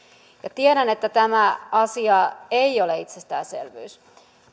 tiedän että tämä asia ei ole itsestäänselvyys